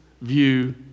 view